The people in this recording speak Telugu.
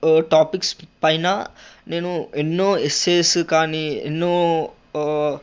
టాపిక్స్ పైన నేను ఎన్నో ఎస్సెస్ కానీ ఎన్నో